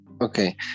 Okay